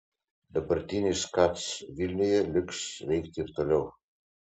dabartinis kac vilniuje liks veikti ir toliau